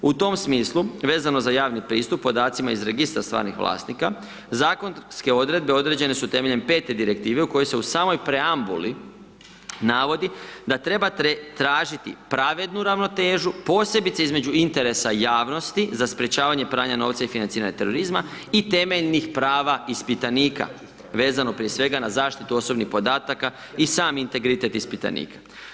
U tom smislu vezano za javni pristup podacima iz Registra stvarnih vlasnika zakonske odredbe određene su temeljem 5. Direktive u kojoj se u samoj preambuli navodi da treba tražiti pravednu ravnotežu posebice između interesa javnosti za sprječavanje pranja novca i financiranje terorizma i temeljnih prava ispitanika vezano prije svega na zaštitu osobnih podataka i sam integritet ispitanika.